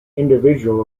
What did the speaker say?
individual